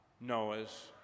Noah's